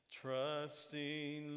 trusting